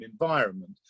environment